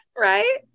Right